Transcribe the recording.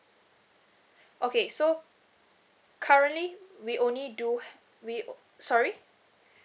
okay so currently we only do have we sorry